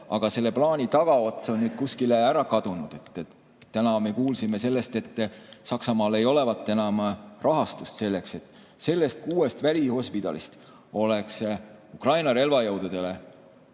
aga selle plaani tagaots on nüüd kuskile ära kadunud. Täna me kuulsime, et Saksamaal ei olevat enam raha selleks. Sellest kuuest välihospidalist oleks Ukraina relvajõududele